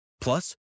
Plus